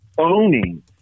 owning